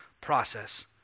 process